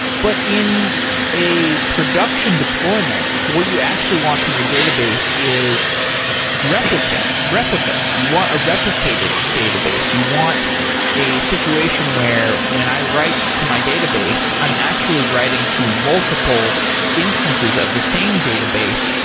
but in a production deployment, what you actually want from your database is replicas. you want a replicated database. you want a situation where when i write to my database, i'm actually writing to multiple instances of the same database,